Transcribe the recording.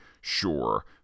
Sure